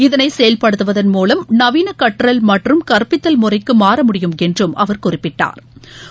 இதனை செயல்படுத்துவதன் மூலம் நவீன கற்றல் மற்றும் கற்பித்தல் முறைக்கு மாற முடியும் என்றும் அவர் குறிப்பிட்டா்